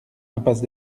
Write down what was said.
impasse